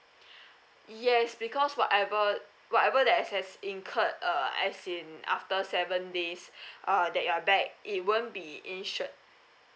yes because whatever whatever that has incurred uh as in after seven days uh that you are back it won't be insured